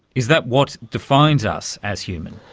is that what defines us as human?